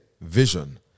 vision